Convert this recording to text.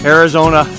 Arizona